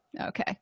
Okay